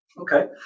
Okay